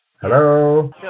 Hello